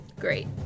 Great